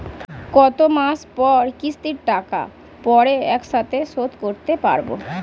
কত মাস পর কিস্তির টাকা পড়ে একসাথে শোধ করতে পারবো?